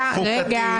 צעקות.